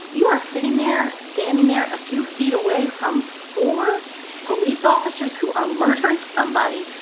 you are sitting there, standing there, a few feet away from four police officers who are murdering somebody.